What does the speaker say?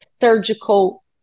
surgical